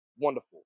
Wonderful